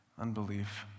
unbelief